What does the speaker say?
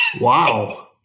Wow